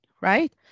right